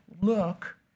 look